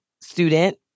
student